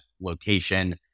location